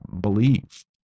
believe